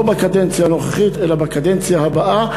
לא בקדנציה הנוכחית אלא בקדנציה הבאה,